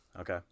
okay